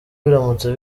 biramutse